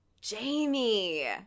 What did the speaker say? Jamie